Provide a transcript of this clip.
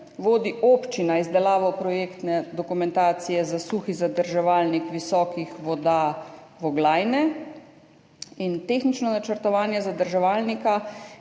vodi občina izdelavo projektne dokumentacije za suhi zadrževalnik visokih voda Voglajne. Tehnično načrtovanje zadrževalnika